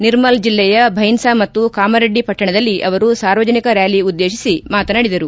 ನಿರ್ಮಲ್ ಜಿಲ್ಲೆಯ ಭೈನ್ಲಾ ಮತ್ತು ಕಾಮರೆಡ್ಡಿ ಪಟ್ಟಣದಲ್ಲಿ ಅವರು ಸಾರ್ವಜನಿಕ ರ್್ಯಾಲಿ ಉದ್ದೇಶಿಸಿ ಮಾತನಾಡಿದರು